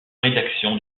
rédaction